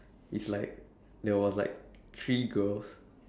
is like there was like three girls